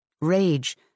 Rage